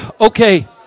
okay